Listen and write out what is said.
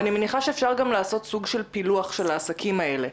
אני מניחה שאפשר גם לעשות סוג של פילוח של העסקים האלה.